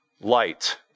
Light